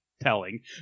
telling